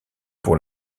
pour